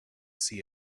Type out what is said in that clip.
see